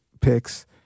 picks